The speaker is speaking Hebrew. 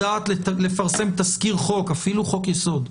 יודעת לפרסם תזכיר חוק, אפילו חוק-יסוד,